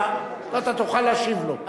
אתה תוכל להשיב לו.